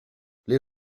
les